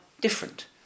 different